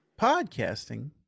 podcasting